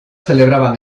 celebraban